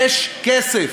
יש כסף.